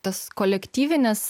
tas kolektyvinis